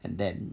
and then